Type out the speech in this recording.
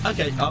Okay